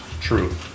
True